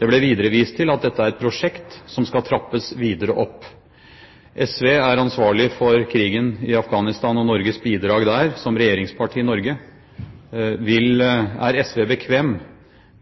Det ble videre vist til at dette er et prosjekt som skal trappes videre opp. SV er som regjeringsparti i Norge ansvarlig for krigen i Afghanistan og Norges bidrag der. Er SV bekvem